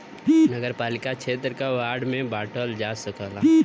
नगरपालिका क्षेत्र के वार्ड में बांटल जा सकला